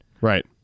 Right